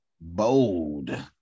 Bold